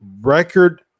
Record